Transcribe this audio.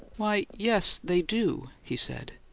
why, yes, they do, he said.